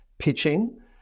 pitching